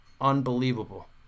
Unbelievable